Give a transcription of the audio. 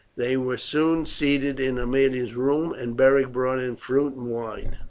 they were soon seated in aemilia's room, and beric brought in fruit and wine,